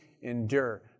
endure